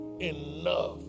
enough